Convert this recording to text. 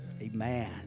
amen